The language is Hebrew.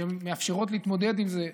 שמאפשרות להתמודד עם זה: